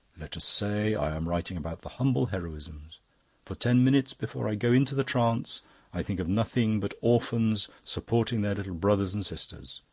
let us say i am writing about the humble heroisms for ten minutes before i go into the trance i think of nothing but orphans supporting their little brothers and sisters,